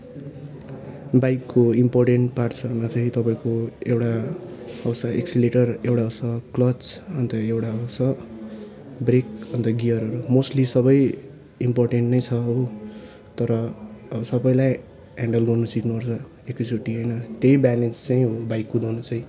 बाइकको इन्पोर्टेन्ट पार्ट्सहरूमा चाहिँ तपाईँको एउटा आउँछ एक्सिलेटर एउटा आउँछ क्लच अन्त एउटा आउँछ ब्रेक अन्त गेयरहरू मोस्टली सबै इम्पोर्टेन्ट नै छ हो तर सबैलाई हेन्डल गर्नु सिक्नुपर्छ एकैचोटि होइन त्यही ब्यालेन्स् चाहिँ हो बाइक कुदाउनु चाहिँ